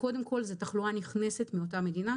הקריטריונים קודם כל זה תחלואה נכנסת מאותה מדינה,